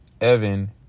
Evan